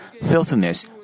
filthiness